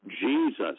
Jesus